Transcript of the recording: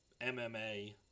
MMA